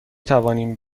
توانیم